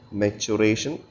maturation